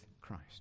Christ